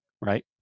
right